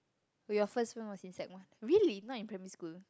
wait your first phone was in sec-one really not in primary school